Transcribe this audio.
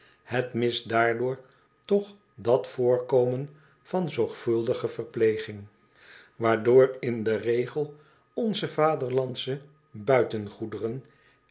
het mist daardoor toch dat voorkomen van zorgvuldige verpleging waardoor in den regel onze vaderlandsche